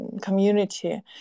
community